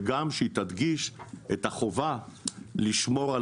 וגם שהיא תדגיש את החובה לשמור על